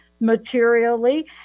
materially